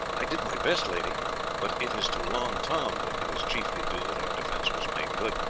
i did my best, lady but it is to long tom that it is chiefly due that our defence was made good.